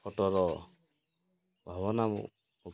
ଫୋଟୋର ଭାବନା